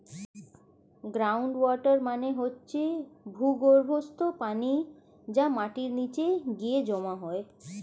ground water মানে হচ্ছে ভূগর্ভস্থ পানি যা মাটির নিচে গিয়ে জমা হয়